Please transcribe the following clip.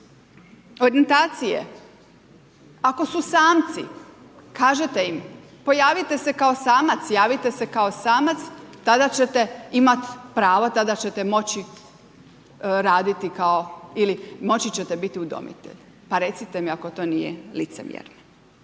orijentacije, ako su smaci, kažete im, pojavite se kao samac, javite se kao samac tada ćete imat pravo, tada ćete moći raditi kao, ili moći ćete biti udomitelj. Pa recite mi ako to nije licemjerno?